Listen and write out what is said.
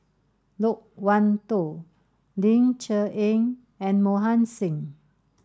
Loke Wan Tho Ling Cher Eng and Mohan Singh